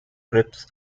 crisps